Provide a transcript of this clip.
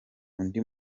undi